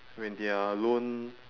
when they are alone